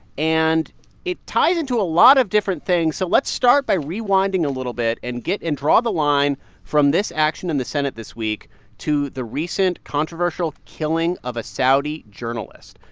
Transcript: and it ties into a lot of different things. so let's start by rewinding a little bit and get and draw the line from this action in the senate this week to the recent controversial killing of a saudi journalist.